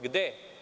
Gde?